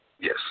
Yes